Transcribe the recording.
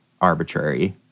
arbitrary